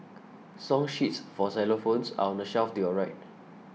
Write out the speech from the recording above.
song sheets for xylophones are on the shelf to your right